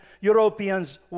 Europeans